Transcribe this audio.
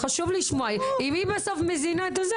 אם היא בסוף מזינה את התוכן,